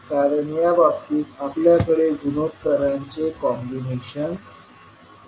कारण या बाबतीत आपल्याकडे गुणोत्तरांचे कॉम्बिनेशन आहे